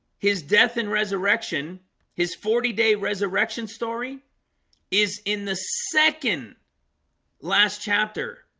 his death and resurrection his forty day resurrection story is in the second last chapter